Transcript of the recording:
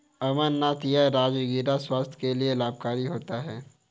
अमरनाथ या राजगिरा स्वास्थ्य के लिए लाभकारी होता है